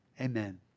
Amen